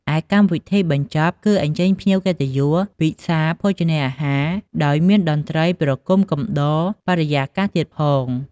ឯកម្មវិធីបញ្ចប់គឺអញ្ជើញភ្ញៀវកិត្តិយសពិសារភោជនាហារ ដោយមានតន្ត្រីប្រគុំកំដរបរិយាកាសទៀតផង ។